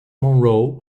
monroe